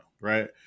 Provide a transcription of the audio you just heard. right